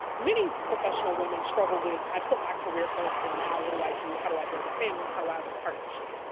many professional women struggle with, i put my career first and now what do i do, how do i build a family, how do i have a partnership.